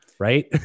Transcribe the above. right